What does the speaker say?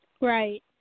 Right